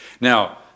Now